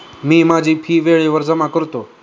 मी माझी फी वेळेवर जमा करतो